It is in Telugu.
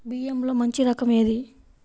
బియ్యంలో మంచి రకం ఏది?